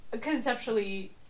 conceptually